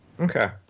Okay